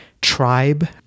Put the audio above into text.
Tribe